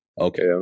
Okay